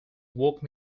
woke